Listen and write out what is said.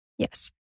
Yes